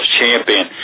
champion